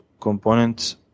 components